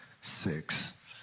six